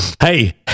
Hey